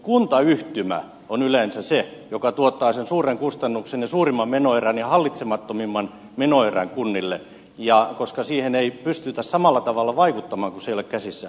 kuntayhtymä on yleensä se joka tuottaa sen suuren kustannuksen ja suurimman menoerän ja hallitsemattomimman menoerän kunnille koska siihen ei pystytä samalla tavalla vaikuttamaan kun se ei ole käsissä